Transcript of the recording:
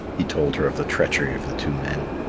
he told her of the treachery of the two men.